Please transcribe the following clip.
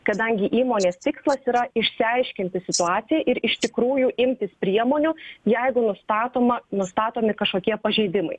kadangi įmonės tikslas yra išsiaiškinti situaciją ir iš tikrųjų imtis priemonių jeigu nustatoma nustatomi kažkokie pažeidimai